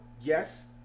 yes